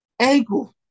ankle